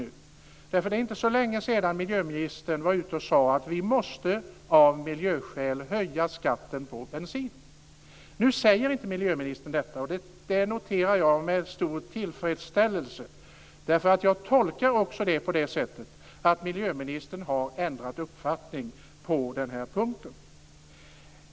Det är nämligen inte så länge sedan miljöministern var ute och sade att vi av miljöskäl måste höja skatten på bensin. Nu säger inte miljöministern detta. Det noterar jag med stor tillfredsställelse. Jag tolkar det som att miljöministern har ändrat uppfattning på den här punkten.